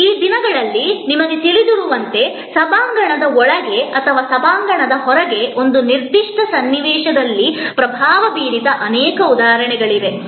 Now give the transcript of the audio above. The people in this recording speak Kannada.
ಈ ದಿನಗಳಲ್ಲಿ ನಿಮಗೆ ತಿಳಿದಿರುವಂತೆ ಸಭಾಂಗಣದ ಒಳಗೆ ಅಥವಾ ಸಭಾಂಗಣದ ಹೊರಗೆ ಒಂದು ನಿರ್ದಿಷ್ಟ ಸನ್ನಿವೇಶದಲ್ಲಿ ಪ್ರಭಾವ ಬೀರಿದ ಅನೇಕ ಉದಾಹರಣೆಗಳಿವೆ